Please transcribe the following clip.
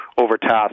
overtasked